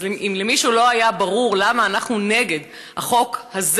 אז אם למישהו לא היה ברור למה אנחנו נגד החוק הזה,